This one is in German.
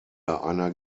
einer